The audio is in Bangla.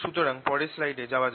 সুতরাং পরের স্লাইডে যাওয়া যাক